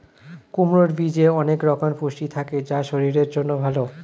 কুমড়োর বীজে অনেক রকমের পুষ্টি থাকে যা শরীরের জন্য ভালো